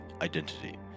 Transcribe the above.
identity